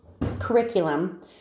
curriculum